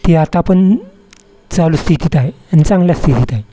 ती आता पण चालू स्थितीत आहे आणि चांगल्या स्थितीत आहे